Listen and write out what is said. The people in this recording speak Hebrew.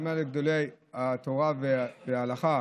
שומעים לגדולי התורה וההלכה.